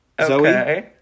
Zoe